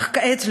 אך כעת,